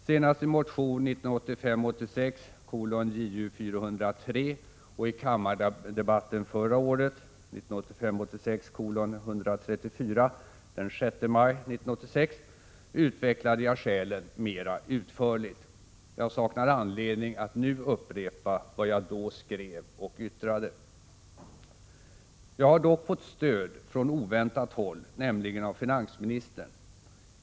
Senast i motion 1985 86:134 den 6 maj 1986 anförande 45) utvecklade jag skälen mera utförligt. Jag saknar anledning att nu upprepa vad jag då skrev och = Prot. 1986/87:114 yttrade. 30 april 1987 Jag har dock fått stöd från oväntat håll, nämligen av finansministern.